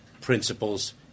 principles